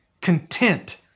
content